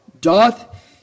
doth